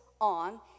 on